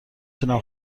تونم